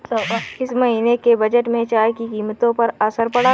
इस महीने के बजट में चाय की कीमतों पर असर पड़ा है